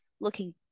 looking